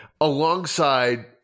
alongside